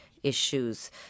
issues